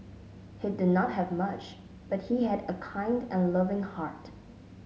he did not have much but he had a kind and loving heart